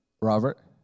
Robert